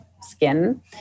skin